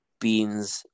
beans